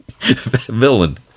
villain